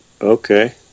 Okay